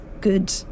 good